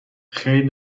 خیر